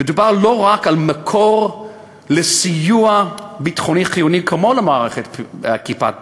מדובר לא רק על מקור לסיוע ביטחוני חיוני כמו למערכת "כיפת ברזל",